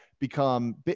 become